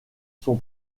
son